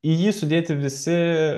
į jį sudėti visi